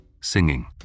singing